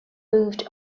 moved